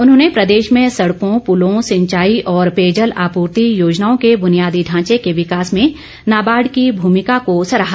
उन्होंने प्रदेश में सड़कों पुलों सिंचाई और पेजयल आपूर्ति योजनाओं के बुनियादी ढांचे के विकास में नाबार्ड की भूमिका को सराहा